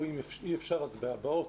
אם אי אפשר אז בבאות,